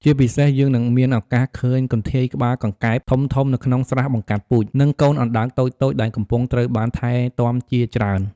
ជាពិសេសយើងនឹងមានឱកាសឃើញកន្ធាយក្បាលកង្កែបធំៗនៅក្នុងស្រះបង្កាត់ពូជ និងកូនអណ្ដើកតូចៗដែលកំពុងត្រូវបានថែទាំជាច្រើន ។